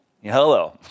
Hello